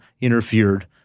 interfered